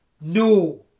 No